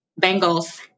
Bengals